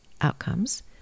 outcomes